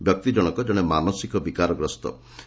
ବ୍ୟକ୍ତି ଜଣକ ଜଣେ ମାନସିକ ବିକାରଗ୍ରସ୍ଠ